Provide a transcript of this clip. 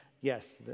Yes